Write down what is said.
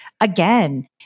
again